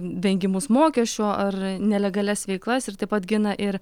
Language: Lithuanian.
vengimus mokesčių ar nelegalias veiklas ir taip pat gina ir